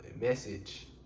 message